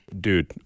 dude